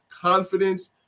confidence